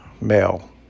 male